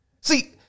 See